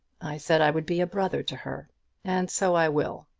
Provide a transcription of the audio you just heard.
i said i would be a brother to her and so i will.